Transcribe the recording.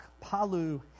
Palu